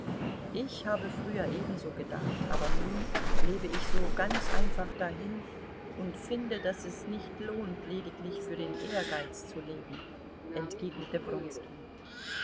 ich habe früher ebenso gedacht aber nun lebe ich so ganz einfach dahin und finde daß es nicht lohnt lediglich für den ehrgeiz zu leben entgegnete